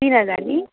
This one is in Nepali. तिन हजार नि